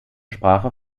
sprache